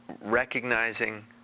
recognizing